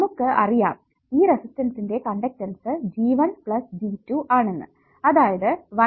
നമുക്ക് അറിയാം ഈ റെസിസ്റ്റൻസിന്റെ കണ്ടക്ടൻസ് G1 പ്ലസ് G2 ആണെന്ന് അതായത് 1 by R1 plus 1 by R2